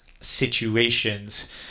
situations